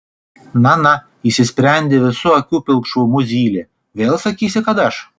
na na įsisprendė visu akių pilkšvumu zylė vėl sakysi kad aš